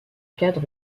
cadre